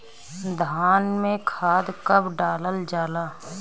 धान में खाद कब डालल जाला?